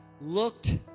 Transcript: looked